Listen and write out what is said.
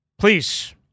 Please